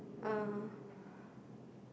uh